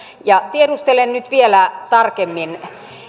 tiedustelen nyt vielä tarkemmin